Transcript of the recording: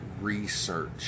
research